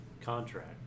contract